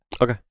okay